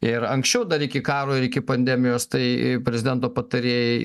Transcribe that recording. ir anksčiau dar iki karo ir iki pandemijos tai prezidento patarėjai